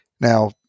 now